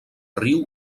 riu